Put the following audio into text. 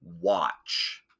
watch